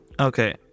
Okay